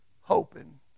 hoping